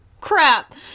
crap